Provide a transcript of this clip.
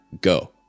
go